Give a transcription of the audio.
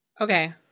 Okay